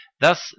Thus